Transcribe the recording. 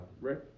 Rick